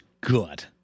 good